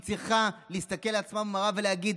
היא צריכה להסתכל לעצמה במראה ולהגיד: